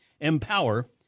Empower